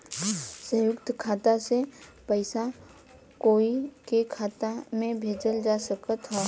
संयुक्त खाता से पयिसा कोई के खाता में भेजल जा सकत ह का?